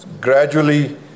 Gradually